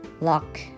lock